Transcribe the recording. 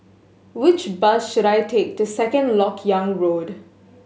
which bus should I take to Second Lok Yang Road